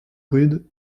rude